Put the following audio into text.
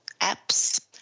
apps